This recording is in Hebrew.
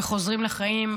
ב"חוזרים לחיים",